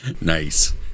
Nice